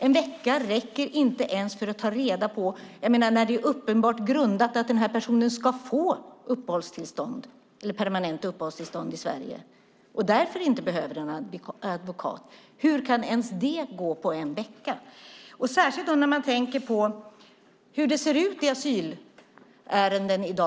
En vecka räcker inte ens när det finns uppenbar grund för att den här personen ska få permanent uppehållstillstånd i Sverige och därför inte behöver en advokat. Hur kan ens det gå på en vecka? Särskilt gäller det när man tänker på hur det ser ut i asylärenden i dag.